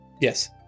yes